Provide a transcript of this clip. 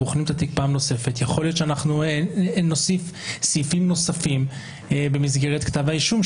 פעם נוספת יכול להיות שנוסיף עוד סעיפים במסגרת כתב האישום.